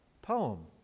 Poem